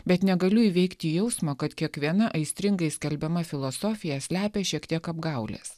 bet negaliu įveikti jausmo kad kiekviena aistringai skelbiama filosofija slepia šiek tiek apgaulės